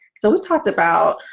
so we talked about